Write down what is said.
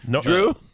Drew